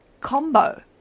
combo